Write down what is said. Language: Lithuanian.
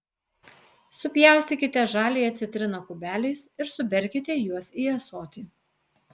supjaustykite žaliąją citriną kubeliais ir suberkite juos į ąsotį